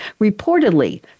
Reportedly